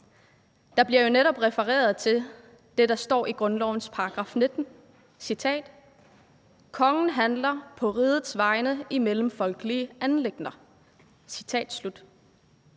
Der bliver netop refereret til det, der står i grundlovens § 19: »Kongen handler på rigets vegne i mellemfolkelige anliggender«. Der står